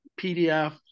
PDF